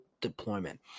deployment